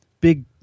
big